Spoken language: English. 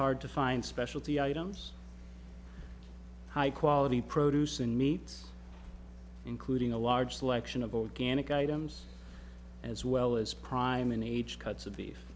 hard to find specialty items high quality produce and meat including a large selection of organic items as well as prime and age cuts of beef